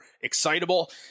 excitable